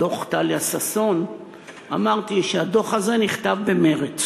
דוח טליה ששון אמרתי שהדוח הזה נכתב במרצ,